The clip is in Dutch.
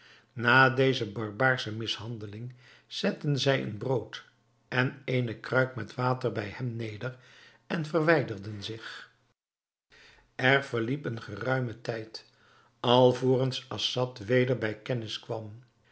na deze barbaarsche mishandeling zetten zij een brood en eene kruik met water bij hem neder en verwijderden zich er verliep een geruime tijd alvorens assad weder bij kennis kwam